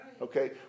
Okay